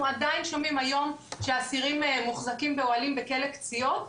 עדיין שומעים היום שאסירים מוחזקים באוהלים בכלא קציעות,